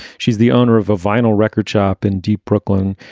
she's the owner of a vinyl record shop in deep brooklyn.